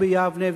וביבנה,